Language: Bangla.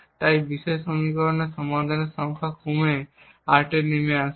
তাই এই বিশেষ সমীকরণের সমাধানের সংখ্যা কমে মাত্র 8 এ নেমে আসে